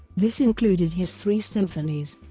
this included his three symphonies,